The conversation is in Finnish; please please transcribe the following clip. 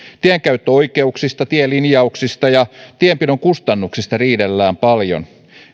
tienkäyttöoikeuksista tielinjauksista ja tienpidon kustannuksista riidellään paljon